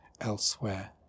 elsewhere